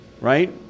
right